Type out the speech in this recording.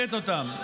לחלט אותם.